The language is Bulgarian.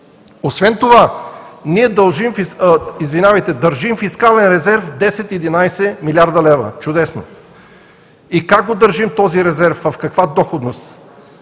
Освен това ние държим фискален резерв от 10 – 11 млрд. лв. Чудесно. Как го държим този резерв, в каква доходност?